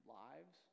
lives